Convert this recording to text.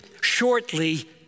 shortly